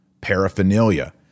paraphernalia